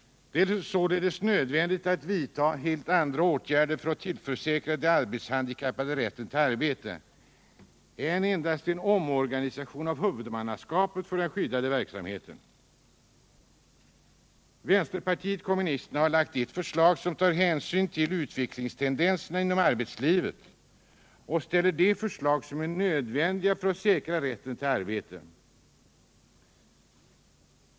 Det är således nödvändigt att vidta helt andra åtgärder för att tillförsäkra de arbetshandikappade rätten till arbete. Det kan ske endast genom en omorganisation av huvudmannaskapet för den skyddade verksamheten. Vänsterpartiet kommunisterna har lagt fram ett förslag som tar hänsyn till utvecklingstendenserna inom arbetslivet och ställer de förslag som är nödvändiga för att säkra rätten till arbete.